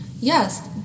Yes